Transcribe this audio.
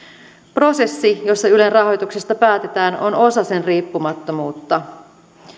prosessi jossa ylen rahoituksesta päätetään on osa sen riippumattomuutta